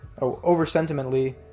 over-sentimentally